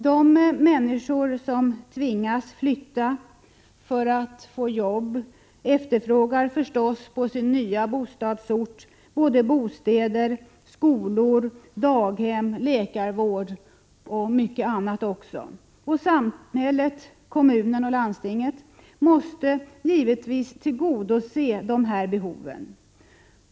De människor som tvingas flytta för att få jobb efterfrågar förstås på sina nya bostadsorter bostäder, skolor, daghem, läkarvård och mycket annat. Samhället — kommunen och landstinget — måste givetvis tillgodose de behoven.